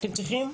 אתם צריכים?